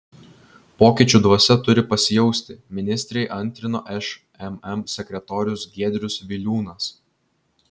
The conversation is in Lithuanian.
pokyčių dvasia turi pasijausti ministrei antrino šmm sekretorius giedrius viliūnas